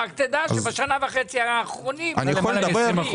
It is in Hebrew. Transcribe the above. רק תדע שבשנה וחצי האחרונות זה החריף.